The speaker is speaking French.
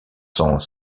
sont